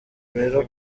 rero